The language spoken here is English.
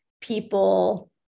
people